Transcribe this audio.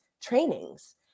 trainings